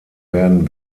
werden